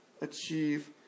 achieve